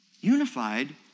Unified